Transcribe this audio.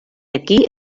aquí